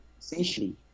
Essentially